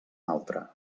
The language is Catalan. altre